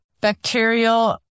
Bacterial